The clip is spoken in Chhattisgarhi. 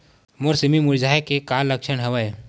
मोर सेमी मुरझाये के का लक्षण हवय?